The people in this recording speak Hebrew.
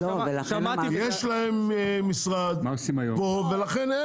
יש להם משרד כאן.